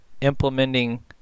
implementing